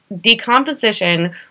decomposition